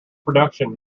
production